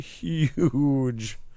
huge